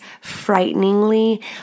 frighteningly